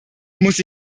muss